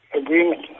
agreement